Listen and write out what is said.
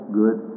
good